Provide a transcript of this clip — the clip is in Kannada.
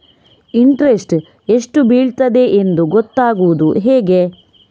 ಇಂಟ್ರೆಸ್ಟ್ ಎಷ್ಟು ಬೀಳ್ತದೆಯೆಂದು ಗೊತ್ತಾಗೂದು ಹೇಗೆ?